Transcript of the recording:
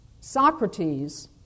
Socrates